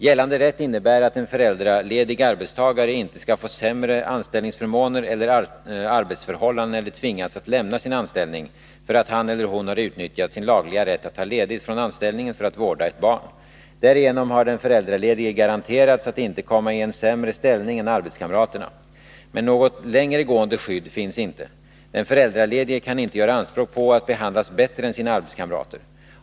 Gällande rätt innebär att en föräldraledig arbetstagare inte skall få sämre anställningsförmåner eller arbetsförhållanden eller tvingas att lämna sin anställning för att han eller hon har utnyttjat sin lagliga rätt att ta ledigt från anställningen för att vårda ett barn. Därigenom har den föräldraledige garanterats att inte komma i en sämre ställning än arbetskamraterna. Men något längre gående skydd finns inte. Den föräldraledige kan inte göra anspråk på att behandlas bättre än sina arbetskamrater.